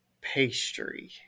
pastry